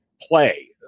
play